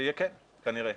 כן, כנראה.